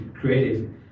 creative